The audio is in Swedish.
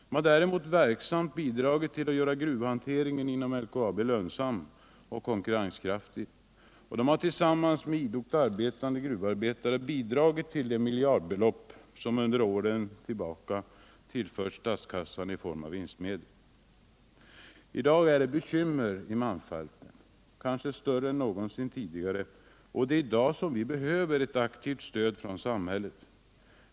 De har däremot verksamt bidragit till att göra gruvhanteringen inom LKAB lönsam och konkurrenskraftig, och de har, tillsammans med idogt arbetande gruvarbetare, bidragit till de miljardbelopp som under åren har tillförts statskassan i form av vinstmedel. I dag är det bekymmer i malmfälten, kanske större än någonsin tidigare, och det är nu vi behöver ctt aktivt stöd från samhället.